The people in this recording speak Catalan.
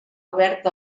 obert